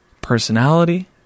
personality